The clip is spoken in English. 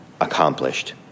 accomplished